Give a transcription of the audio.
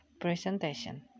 presentation